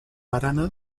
barana